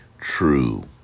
true